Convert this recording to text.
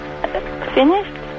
Finished